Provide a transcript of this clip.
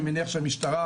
אני מניח שהמשטרה,